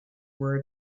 were